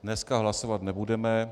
Dneska hlasovat nebudeme.